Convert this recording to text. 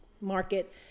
market